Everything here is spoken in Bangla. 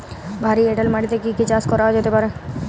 ভারী এঁটেল মাটিতে কি কি চাষ করা যেতে পারে?